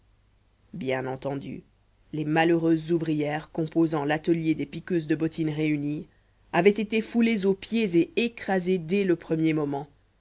bien entendu les malheureuses ouvrières composant l'atelier des piqueuses de bottines réunies avaient été foulées aux pieds et écrasées dès le premier moment